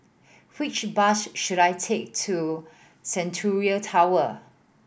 which bus should I take to Centennial Tower